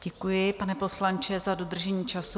Děkuji, pane poslanče, za dodržení času.